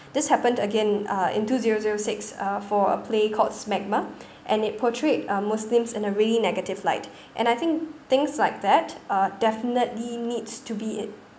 this happened again uh in two zero zero six uh for a play called smegma and it portrayed uh muslims in a really negative light and I think things like that uh definitely needs to be uh